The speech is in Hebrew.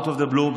out of the blue,